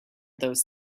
those